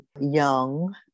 young